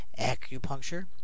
Acupuncture